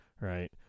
right